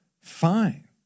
fine